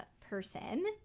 person